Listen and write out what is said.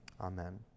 Amen